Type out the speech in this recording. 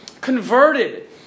converted